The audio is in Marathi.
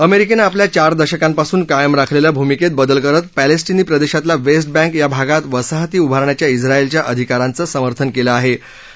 अमेरिकेनक्रिपल्या चार दशकात्रिमून कायम राखलेल्या भूमिकेत बदल करत पर्सस्टिनी प्रदेशातल्या वेस्ट बँक या भागात वसाहती उभारण्याच्या इस्राएलच्या अधिकाराचस्तिमर्थन केलख्राहे